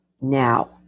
now